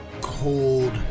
cold